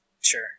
Sure